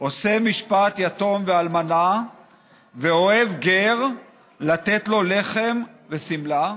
"עֹשה משפט יתום ואלמנה ואֹהב גר לתת לו לחם ושמלה.